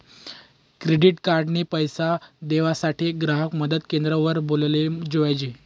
credit card ना पैसा देवासाठे ग्राहक मदत क्रेंद्र वर बोलाले जोयजे